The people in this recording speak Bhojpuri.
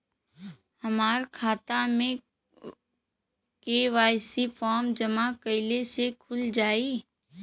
हमार खाता के.वाइ.सी फार्म जमा कइले से खुल जाई?